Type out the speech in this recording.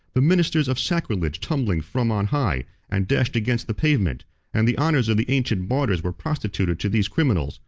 the ministers of sacrilege tumbling from on high and dashed against the pavement and the honors of the ancient martyrs were prostituted to these criminals,